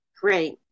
Great